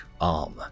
arm